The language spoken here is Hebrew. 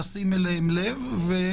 לשים אליהן לב.